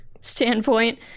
standpoint